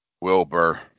Wilbur